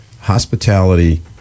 hospitality